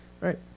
Right